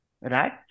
right